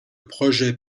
projet